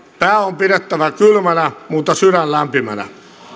pää on pidettävä kylmänä mutta sydän lämpimänä